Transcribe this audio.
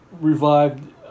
revived